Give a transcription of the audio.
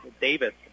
Davis